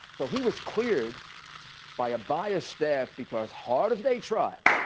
so, he was cleared by a biased staff, because, hard as they tried,